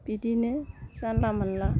बिदिनो जानला मोनला